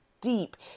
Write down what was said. deep